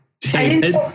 David